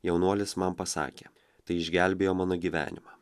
jaunuolis man pasakė tai išgelbėjo mano gyvenimą